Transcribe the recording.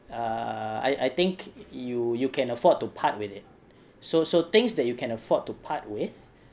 err I I think you you can afford to part with it so so things that you can afford to part with